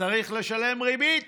צריך לשלם ריבית.